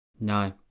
No